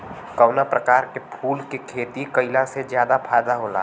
कवना प्रकार के फूल के खेती कइला से ज्यादा फायदा होला?